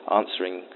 answering